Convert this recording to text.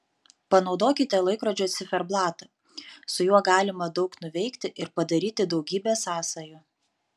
panaudokite laikrodžio ciferblatą su juo galima daug nuveikti ir padaryti daugybę sąsajų